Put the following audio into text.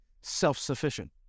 self-sufficient